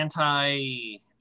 anti